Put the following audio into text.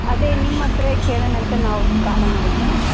ಅದೇ ನಿಮ್ಮ ಹತ್ರ ಕೇಳೋಣ ಅಂತ ನಾವು ಕಾಲ್ ಮಾಡಿದ್ವಿ